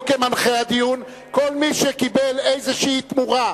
לא כמנחה הדיון: כל מי שקיבל איזו תמורה,